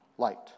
Light